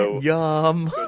Yum